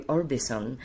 Orbison